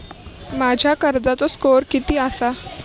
माझ्या कर्जाचो स्कोअर किती आसा?